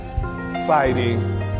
fighting